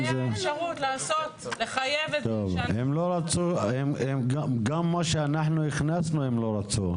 את יודעת שגם מה שאנחנו הכנסנו הם לא רצו.